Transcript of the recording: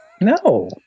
No